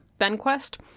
BenQuest